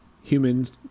humans